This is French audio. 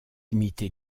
imitées